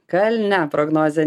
kalne prognozė